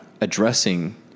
addressing